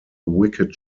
wicked